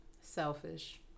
selfish